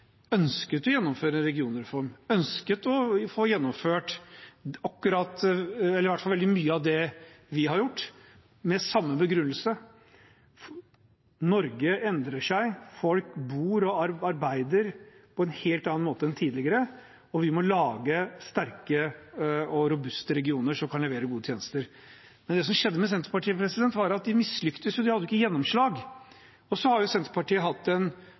ønsket å gjennomføre en regionreform, ønsket å få gjennomført veldig mye av det vi har gjort, og med samme begrunnelse: Norge endrer seg, folk bor og arbeider på en helt annen måte enn tidligere, og vi må lage sterke og robuste regioner som kan levere gode tjenester. Men det som skjedde med Senterpartiet, var at de mislyktes, de fikk jo ikke gjennomslag. Så har Senterpartiet hatt en